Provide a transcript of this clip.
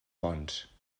ponts